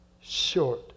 short